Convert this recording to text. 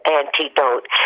antidote